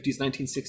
1960s